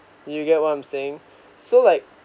you get what I'm saying so like